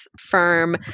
firm